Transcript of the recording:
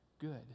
good